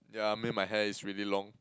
yeah I mean my hair is really long